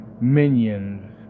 minions